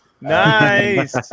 Nice